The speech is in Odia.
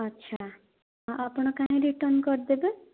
ଆଚ୍ଛା ଆଉ ଆପଣ କାହିଁକି ରିଟର୍ଣ୍ଣ କରିଦେବେ